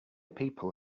people